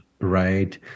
right